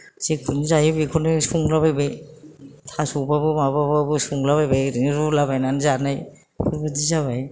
जिखौनो जायो बेखौनो संलाबायबाय थास'ब्लाबो माबाब्लाबो संला बायबाय ओरैनो रुलाबायनानै जानाय बेफोरबादि जाबाय